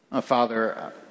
Father